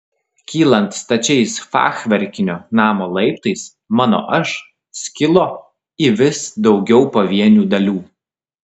kylant stačiais fachverkinio namo laiptais mano aš skilo į vis daugiau pavienių dalių